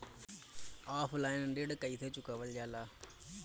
Offline ऋण कइसे चुकवाल जाला?